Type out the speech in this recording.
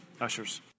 Ushers